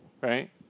right